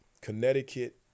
connecticut